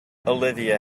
olivia